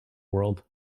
world